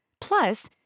Plus